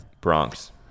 Bronx